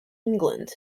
england